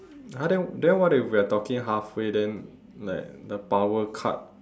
!huh! then then what if we're talking halfway then like the power cut